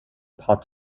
part